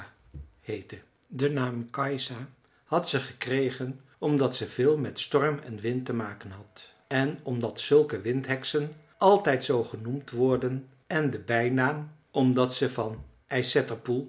heette den naam kajsa had ze gekregen omdat ze veel met storm en wind te maken had en omdat zulke windheksen altijd zoo genoemd worden en den bijnaam omdat ze van